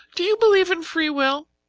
do you believe in free will?